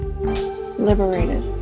liberated